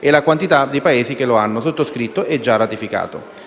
e la quantità dei Paesi che lo hanno sottoscritto e già ratificato.